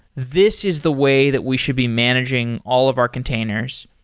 this is the way that we should be managing all of our containers,